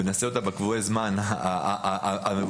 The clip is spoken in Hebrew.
ונעשה אותה בקבועי הזמן המבוקשים על ידי הוועדה.